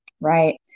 Right